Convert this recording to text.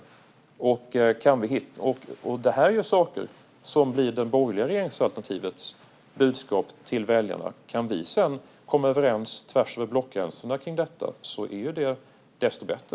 Det är saker som blir det borgerliga regeringsalternativets budskap till väljarna. Om vi sedan kan komma överens tvärs över blockgränserna kring detta är det desto bättre.